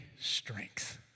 strength